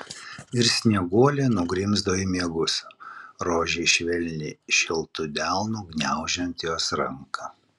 ir snieguolė nugrimzdo į miegus rožei švelniai šiltu delnu gniaužiant jos ranką